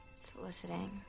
Soliciting